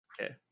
Okay